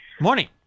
Morning